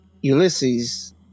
Ulysses